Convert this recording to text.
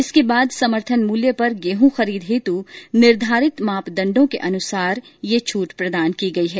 इसके बाद समर्थन मूल्य पर गेहूं खरीद हेतु निर्धारित मापदंडों के अनुसार छूट प्रदान की गयी है